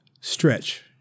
stretch